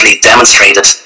demonstrated